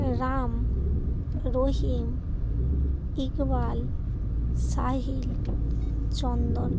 Ram Rahim Iqbal Sahil Chandan